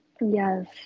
Yes